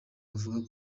avuga